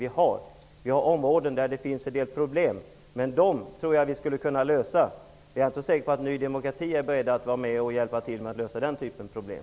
Det finns områden där man har en del problem, men jag tror att vi skulle kunna lösa dem -- även om jag inte är så säker på att Ny demokrati är berett att vara med och hjälpa till att lösa den typen av problem.